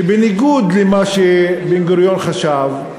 בניגוד למה שבן-גוריון חשב,